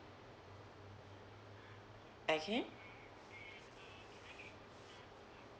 okay